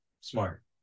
smart